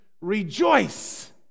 rejoice